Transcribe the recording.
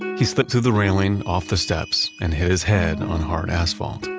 he slipped through the railing off the steps and hit his head on hard asphalt.